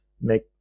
make